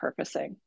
repurposing